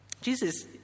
Jesus